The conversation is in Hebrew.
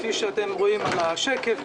כפי שאתם רואים בשקף,